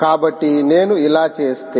కాబట్టి నేను ఇలా చేస్తే